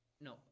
No